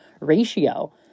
ratio